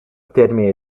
termine